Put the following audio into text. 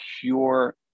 pure